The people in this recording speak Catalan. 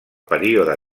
període